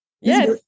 Yes